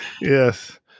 Yes